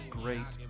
great